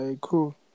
cool